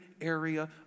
area